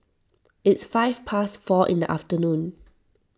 its five past four in the afternoon